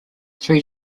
three